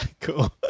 Cool